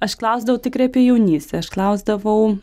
aš klausdavau tikrai apie jaunystę aš klausdavau